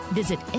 visit